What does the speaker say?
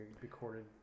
recorded